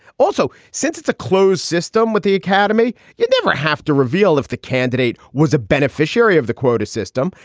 also, since it's a closed system with the academy. you never have to reveal if the candidate was a beneficiary of the quota system.